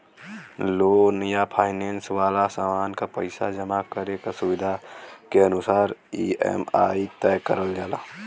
loan या finance वाला सामान क पइसा जमा करे क सुविधा के अनुसार ई.एम.आई तय करल जाला